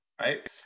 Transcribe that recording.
Right